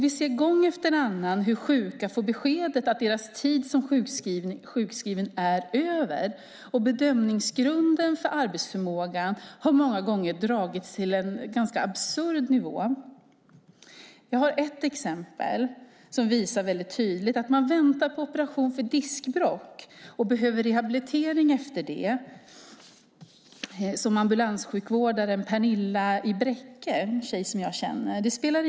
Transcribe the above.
Vi ser gång efter annan hur sjuka får beskedet att deras tid som sjukskrivna är över. Bedömningsgrunden för arbetsförmågan har många gånger dragits till en ganska absurd nivå. Jag har ett exempel som väldigt tydligt visar detta. Det spelar ingen roll om man väntar på en operation för diskbråck och behöver rehabilitering efter det, som ambulanssjukvårdaren Pernilla i Bräcke - en tjej som jag känner.